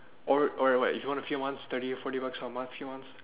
or or or what if you want a few months thirty forty bucks for about a few months